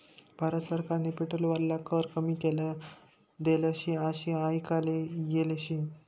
भारत सरकारनी पेट्रोल वरला कर कमी करी देल शे आशे आयकाले येल शे